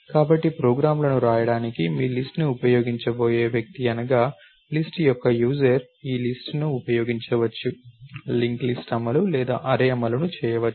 కాబట్టి ప్రోగ్రామ్లను వ్రాయడానికి మీ లిస్ట్ ను ఉపయోగించబోయే వ్యక్తి అనగా లిస్ట్ యొక్క యూజర్ ఈ లిస్ట్ ను ఉపయోగించవచ్చు లింక్ లిస్ట్ అమలు లేదా అర్రే అమలును చేయవచ్చు